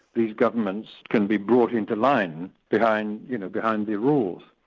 the governments can be brought into line behind you know behind the rules.